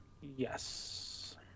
Yes